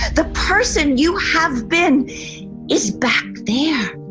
the person you have been is back there.